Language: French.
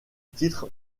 titre